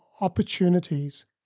opportunities